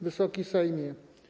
Wysoki Sejmie!